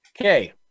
okay